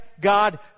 God